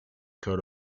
coat